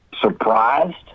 surprised